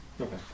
Okay